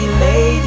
lady